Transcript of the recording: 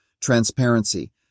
transparency